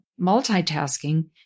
multitasking